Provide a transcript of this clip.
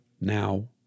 now